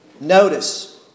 Notice